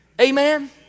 Amen